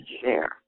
share